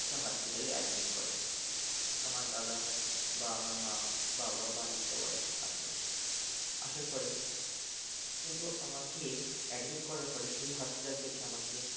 একটা হসপিটালে অ্যাডমিট করে আমার দাদা বা আমার মা বাবা বাড়ি সবাই আসে আসার পরে কিন্তু আমাকে অ্যাডমিট করার পরে সেই হসপিটাল থেকে আমাকে